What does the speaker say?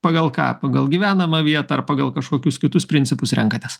pagal ką pagal gyvenamą vietą ar pagal kažkokius kitus principus renkatės